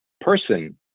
person